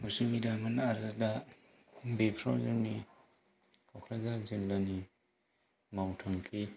असुबिदामोन आरो दा बेफोराव जोंनि क'क्राझार जिल्लानि मावथांखि